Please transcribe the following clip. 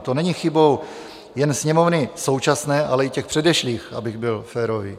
To není chybou jen sněmovny současné, ale i těch předešlých, abych byl férový.